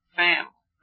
family